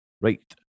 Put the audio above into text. Right